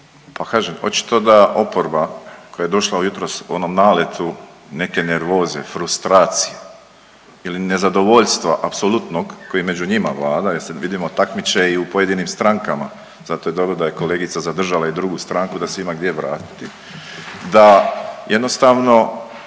Pa kažem, očito sa oporba koja je došla jutros u onom naletu neke nervoze, frustracije ili nezadovoljstva apsolutnog koji je među njima vlada jer sad vidimo takmiče i u pojedinim strankama, zato je dobro da je kolegica zadržala i drugu stranku da se ima gdje vratiti, da jednostavno